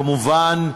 כמובן,